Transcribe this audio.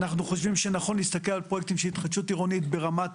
אנחנו חושבים שנכון להסתכל על פרויקטים של התחדשות עירונית ברמת